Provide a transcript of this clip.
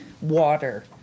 water